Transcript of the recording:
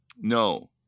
No